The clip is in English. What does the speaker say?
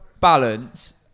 balance